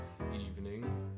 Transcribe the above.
evening